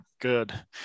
Good